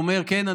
והוא אומר: כן,